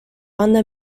banda